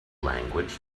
language